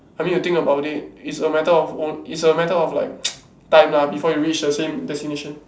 I mean you think about it it's a matter of o~ it's a matter of like time lah before you reach the same destination